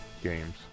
games